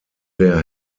der